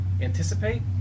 anticipate